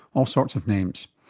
all sorts of names.